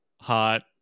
hot